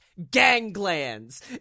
ganglands